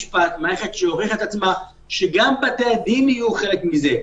המערכת של בית המשפט הוכיחה את עצמה וגם בתי-הדין צריכים להיות חלק מזה.